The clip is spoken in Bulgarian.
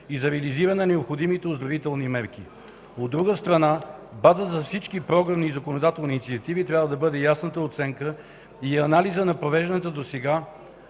и за реализиране на необходимите оздравителни мерки. От друга страна база за всички програмни и законодателни инициативи трябва да бъдат ясната оценка и анализът на провежданата досега